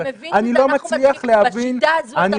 אתה מבין שבשיטה הזאת שפורצת את הסגר